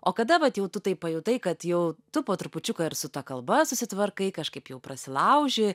o kada vat jau tu tai pajutai kad jau tu po trupučiuką ir su ta kalba susitvarkai kažkaip jau prasilauži